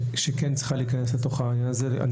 שכן צריכה להיכנס לתוך העניין הזה.